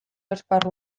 esparru